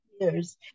years